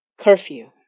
curfew